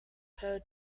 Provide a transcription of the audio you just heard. per